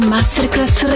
Masterclass